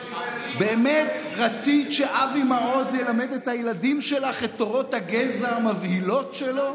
באמת רצית שאבי מעוז ילמד את הילדים שלך את תורות הגזע מבהילות שלו?